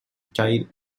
child